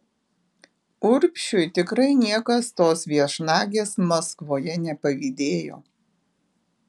urbšiui tikrai niekas tos viešnagės maskvoje nepavydėjo